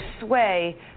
sway